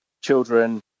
children